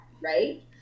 Right